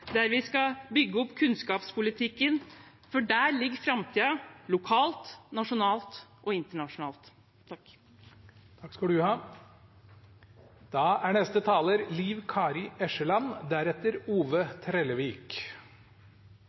der vi skal bygge opp kunnskapspolitikken, for der ligger framtiden – lokalt, nasjonalt og internasjonalt. Me har no fått svaret på korleis politikken for Noreg skal